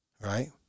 Right